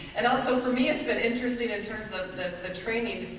and also for me it's been interesting in terms of the the training,